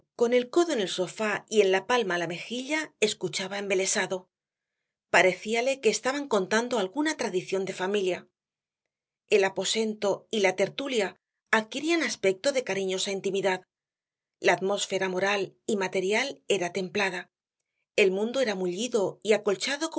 con el codo en el sofá y en la palma la mejilla escuchaba embelesado parecíale que estaban contando alguna tradición de familia el aposento y la tertulia adquirían aspecto de cariñosa intimidad la atmósfera moral y material era templada el mundo era mullido y acolchado